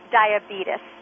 diabetes